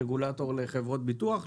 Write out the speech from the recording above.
יש רגולטור לחברות ביטוח,